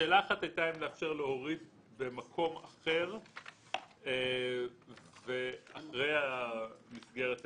שאלה אחת הייתה אם לאפשר להורים במקום אחר ואחרי מסגרת ההמשך.